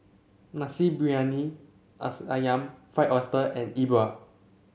Nasi Briyani ayam Fried Oyster and Yi Bua